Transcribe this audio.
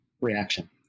reaction